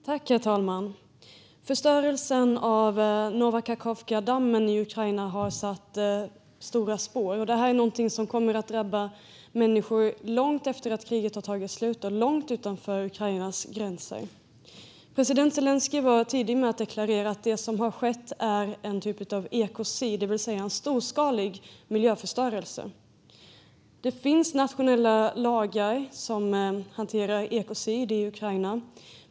Herr talman! Förstörelsen av Nova Kachovka-dammen i Ukraina har satt stora spår. Det är någonting som kommer att drabba människor långt efter att kriget har tagit slut och långt utanför Ukrainas gränser. President Zelenskyj var tidig med att deklarera att det som har skett är en typ av ekocid, det vill säga en storskalig miljöförstörelse. Det finns nationella lagar som hanterar ekocid i Ukraina.